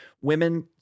women